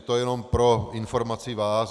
To jenom pro informaci vás.